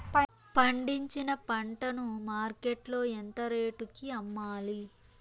పండించిన పంట ను మార్కెట్ లో ఎంత రేటుకి అమ్మాలి?